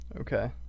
Okay